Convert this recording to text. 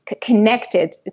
connected